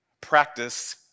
Practice